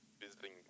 visiting